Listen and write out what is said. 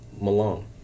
Malone